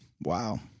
Wow